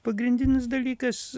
pagrindinis dalykas